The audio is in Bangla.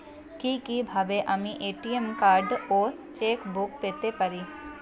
কি কিভাবে আমি এ.টি.এম কার্ড ও চেক বুক পেতে পারি?